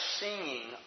singing